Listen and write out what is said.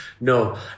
No